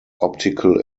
optical